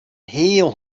heal